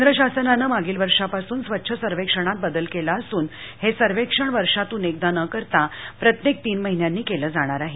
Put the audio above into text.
केंद्रशासनाने मागील वर्षापासून स्वच्छ सर्वेक्षणात बदल केला असून हे सर्वेक्षण वर्षातून एकदा न करता प्रत्येक तीन महिन्यांनी केले जाणार आहे